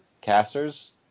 casters